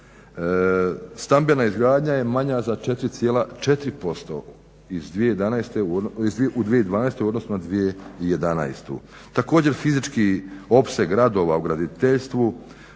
Stambena izgradnja je manja za 4,4% u 2012. u odnosu na 2011. Također fizički opseg radova u graditeljstvu,